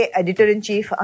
editor-in-chief